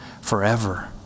forever